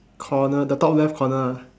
corner the top left corner ah